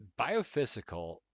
Biophysical